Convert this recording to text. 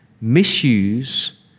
misuse